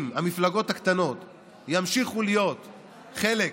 אם המפלגות הקטנות ימשיכו להיות חלק,